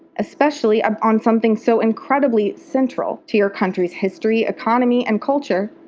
especially um on something so incredibly central to your country's history, economy and culture,